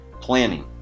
Planning